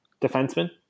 defenseman